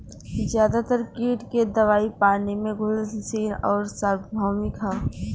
ज्यादातर कीट के दवाई पानी में घुलनशील आउर सार्वभौमिक ह?